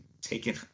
taken